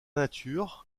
nature